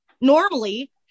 normally